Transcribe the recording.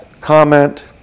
comment